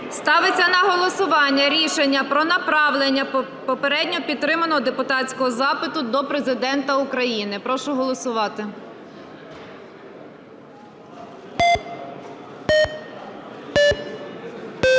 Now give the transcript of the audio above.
Ставиться на голосування рішення про направлення попередньо підтриманого депутатського запиту до Президента України. Будь ласка,